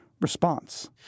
response